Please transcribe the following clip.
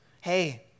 hey